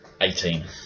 Eighteen